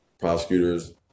Prosecutors